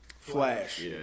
Flash